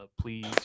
please